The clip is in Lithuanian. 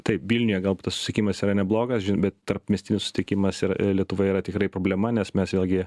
taip vilniuje gaub tas susisiekimas yra neblogas bet tarpmiestinių sutikimas ir lietuvoje yra tikrai problema nes mes vėl gi